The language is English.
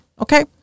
okay